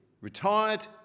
Retired